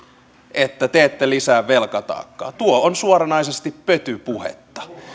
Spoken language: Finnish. että te ette lisää velkataakkaa tuo on suoranaisesti pötypuhetta